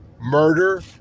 murder